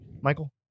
Michael